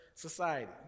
Society